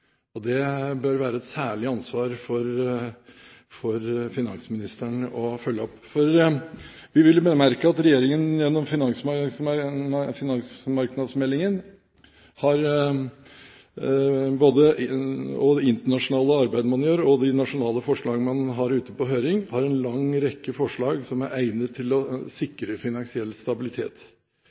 Norden. Dette bør det være et særlig ansvar for finansministeren å følge opp. Vi vil bemerke at regjeringen gjennom både finansmarkedsmeldingen, det internasjonale arbeidet man gjør, og de nasjonale forslagene man har ute på høring, har en lang rekke forslag som er egnet til å sikre finansiell stabilitet.